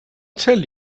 tell